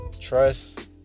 Trust